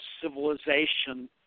civilization